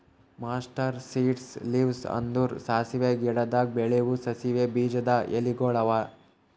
mustard seeds leaves ಅಂದುರ್ ಸಾಸಿವೆ ಗಿಡದಾಗ್ ಬೆಳೆವು ಸಾಸಿವೆ ಬೀಜದ ಎಲಿಗೊಳ್ ಅವಾ